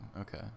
okay